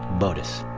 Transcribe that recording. botus